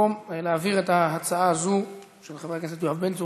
להעביר את ההצעה הזאת של חבר הכנסת בן צור